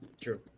True